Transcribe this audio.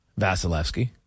Vasilevsky